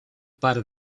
par